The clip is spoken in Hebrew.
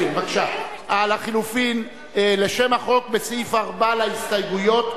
בבקשה, על החלופין לשם החוק בסעיף 4 להסתייגויות.